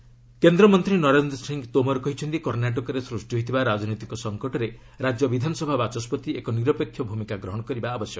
ତୋମର୍ କଣ୍ଣୋଟକ କେନ୍ଦ୍ରମନ୍ତ୍ରୀ ନରେନ୍ଦ୍ର ସିଂ ତୋମର୍ କହିଛନ୍ତି କର୍ଷ୍ଣାଟକରେ ସୃଷ୍ଟି ହୋଇଥିବା ରାଜନୈତିକ ସଙ୍କଟରେ ରାଜ୍ୟ ବିଧାନସଭା ବାଚସ୍ୱତି ଏକ ନିରପେକ୍ଷ ଭୂମିକା ଗ୍ରହଣ କରିବା ଉଚିତ